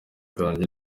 kanjye